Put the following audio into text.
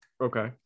Okay